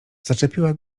zaczepiła